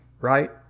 right